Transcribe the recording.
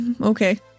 okay